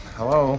Hello